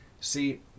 See